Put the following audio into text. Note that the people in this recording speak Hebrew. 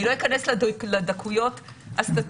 אני לא אכנס לדקויות הסטטיסטיות,